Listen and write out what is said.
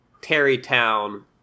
Terrytown